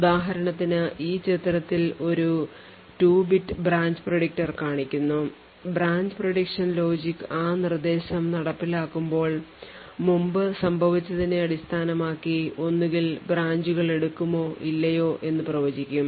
ഉദാഹരണത്തിന് ഈ ചിത്രത്തിൽ ഒരു 2 ബിറ്റ് ബ്രാഞ്ച് predictor കാണിക്കുന്നു ബ്രാഞ്ച് prediction logic ആ നിർദ്ദേശം നടപ്പിലാക്കുമ്പോൾ മുമ്പ് സംഭവിച്ചതിനെ അടിസ്ഥാനമാക്കി ഒന്നുകിൽ ബ്രാഞ്ചുകൾ എടുക്കുമോ ഇല്ലയോ എന്നു പ്രവചിക്കും